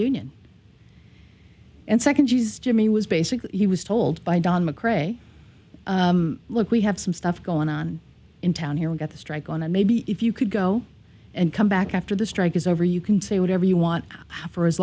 union and second g s jimmy was basically he was told by don macrae look we have some stuff going on in town here we got the strike on and maybe if you could go and come back after the strike is over you can say whatever you want for as